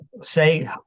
say